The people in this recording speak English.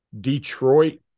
Detroit